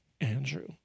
andrew